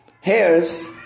hairs